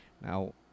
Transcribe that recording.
now